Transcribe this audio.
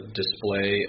display